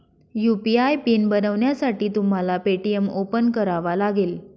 UPI pin बनवण्यासाठी तुम्हाला Paytm open करावा लागेल